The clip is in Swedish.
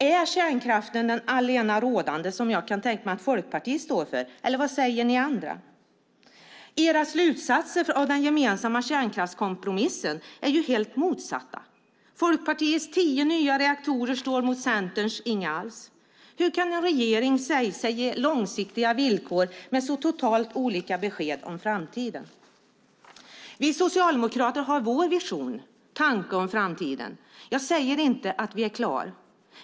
Är kärnkraften det allenarådande, vilket jag kan tänka mig att Folkpartiet står för? Vad säger ni andra? Era slutsatser av den gemensamma kärnkraftskompromissen är helt motsatta. Folkpartiets tio nya reaktorer står mot Centerns inga alls. Hur kan en regering säga sig ge långsiktiga villkor med så totalt olika besked om framtiden? Vi socialdemokrater har vår vision och tanke om framtiden. Jag säger inte att vi är klara.